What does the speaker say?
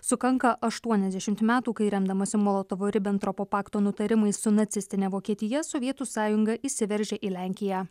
sukanka aštuoniasdešimt metų kai remdamasi molotovo ribentropo pakto nutarimais su nacistine vokietija sovietų sąjunga įsiveržė į lenkiją